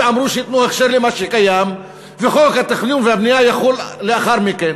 ואמרו שייתנו הכשר למה שקיים וחוק התכנון והבנייה יחול לאחר מכן.